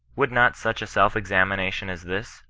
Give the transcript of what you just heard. would not such a self-dzamination as this,